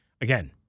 Again